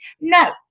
No